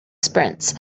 sprints